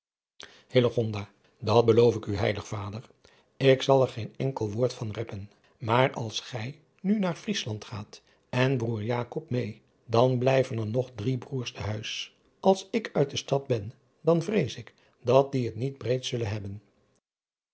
dat beloof ik u heilig vader ik zal er geen enkel woord van reppen maar als gij nu naar vriesland gaat en broêr jakob meê dan blijven er nog drie broêrs te huis als ik uit de stad ben dan vrees ik dat die het niet breed zullen hebben